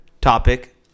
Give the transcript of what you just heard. topic